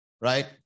right